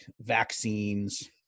vaccines